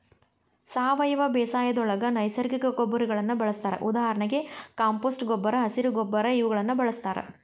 ಸಾವಯವ ಬೇಸಾಯದೊಳಗ ನೈಸರ್ಗಿಕ ಗೊಬ್ಬರಗಳನ್ನ ಬಳಸ್ತಾರ ಉದಾಹರಣೆಗೆ ಕಾಂಪೋಸ್ಟ್ ಗೊಬ್ಬರ, ಹಸಿರ ಗೊಬ್ಬರ ಇವುಗಳನ್ನ ಬಳಸ್ತಾರ